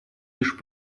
лишь